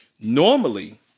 Normally